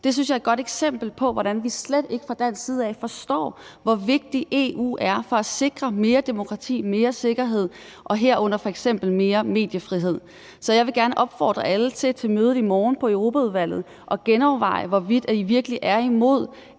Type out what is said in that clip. Det synes jeg er et godt eksempel på, hvordan vi slet ikke fra dansk side af forstår, hvor vigtigt EU er for at sikre mere demokrati, mere sikkerhed, herunder f.eks. mere mediefrihed. Så jeg vil gerne opfordre alle til i mødet i Europaudvalget i morgen at genoverveje, hvorvidt I virkelig er imod